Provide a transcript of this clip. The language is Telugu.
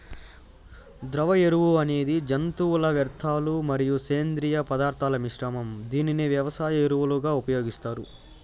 ద్రవ ఎరువు అనేది జంతువుల వ్యర్థాలు మరియు సేంద్రీయ పదార్థాల మిశ్రమం, దీనిని వ్యవసాయ ఎరువులుగా ఉపయోగిస్తారు